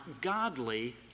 godly